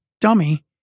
dummy